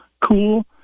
cool